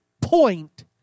point